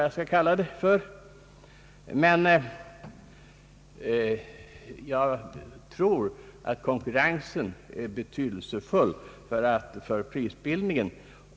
Jag tror dock att konkurrensen är betydelsefull för prisbildningen.